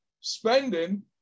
spending